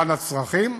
היכן הצרכים,